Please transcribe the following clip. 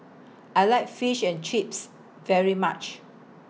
I like Fish and Chips very much